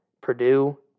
Purdue